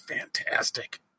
fantastic